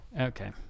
Okay